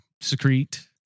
secrete